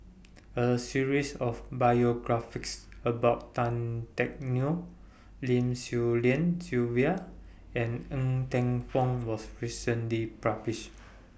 A series of biographies about Tan Teck Neo Lim Swee Lian Sylvia and Ng Teng Fong was recently published